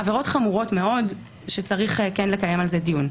עבירות חמורות מאוד שצריך לקיים על כך דיון.